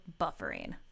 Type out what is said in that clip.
BUFFERING